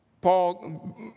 Paul